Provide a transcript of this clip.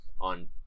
on